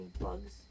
bugs